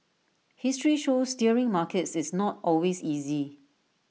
history shows steering markets is not always easy